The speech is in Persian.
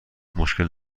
مشکل